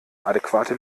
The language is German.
adäquate